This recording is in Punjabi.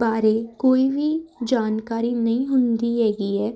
ਬਾਰੇ ਕੋਈ ਵੀ ਜਾਣਕਾਰੀ ਨਹੀਂ ਹੁੰਦੀ ਹੈਗੀ ਹੈ